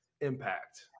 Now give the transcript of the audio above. impact